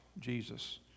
Jesus